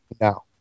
No